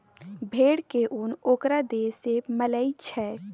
भेड़ के उन ओकरा देह से मिलई छई